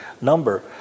number